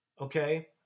okay